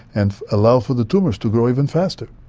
and allow for the tumours to grow even faster.